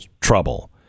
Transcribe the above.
trouble